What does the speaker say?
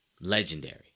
Legendary